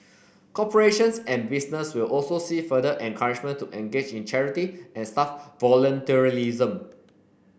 corporations and business will also see further encouragement to engage in charity and staff volunteerism